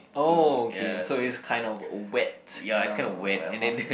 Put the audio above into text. oh okay so it's kind of a wet kind of muffin